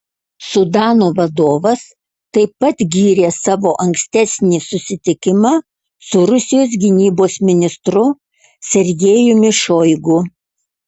sudano vadovas taip pat gyrė savo ankstesnį susitikimą su rusijos gynybos ministru sergejumi šoigu